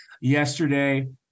yesterday